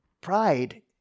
Pride